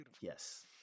yes